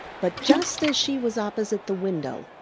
but just as she was opposite the window,